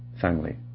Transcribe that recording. family